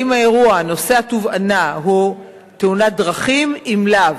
האירוע נושא התובענה הוא תאונת דרכים או לא,